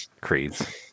Creeds